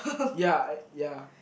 ya ya